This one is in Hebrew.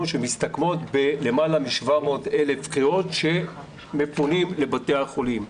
שמסתכמות בלמעלה מ-700,000 קריאות שמפונים לבתי החולים.